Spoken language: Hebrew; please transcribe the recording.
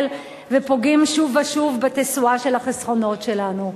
ופוגעים שוב ושוב בתשואה של החסכונות שלנו.